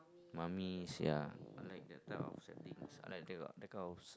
Mummies ya I like that type of settings I like that that kind of